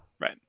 Right